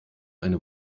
eine